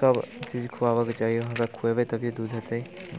सब चीज खुआबऽ के चाही अहाँ अगर खुएबै तभिए दूध होयतै